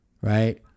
Right